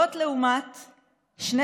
לעומת זאת,